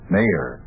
Mayor